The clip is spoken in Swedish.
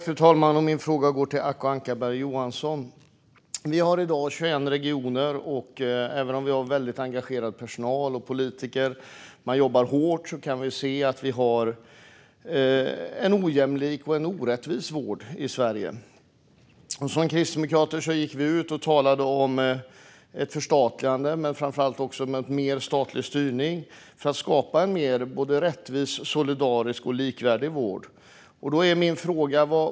Fru talman! Min fråga går till Acko Ankarberg Johansson. Vi har i dag 21 regioner. Även om vi har personal och politiker som är väldigt engagerade och jobbar hårt har vi en ojämlik och orättvis vård i Sverige. Som kristdemokrater gick vi ut och talade om ett förstatligande, men framför allt om att ha mer statlig styrning för att skapa en mer rättvis, solidarisk och likvärdig vård.